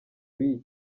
w’iyi